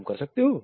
तुम कर सकते हो